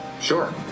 Sure